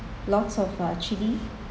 lots of uh chilli